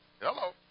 Hello